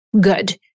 good